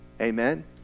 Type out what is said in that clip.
Amen